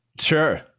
Sure